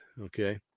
okay